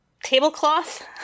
tablecloth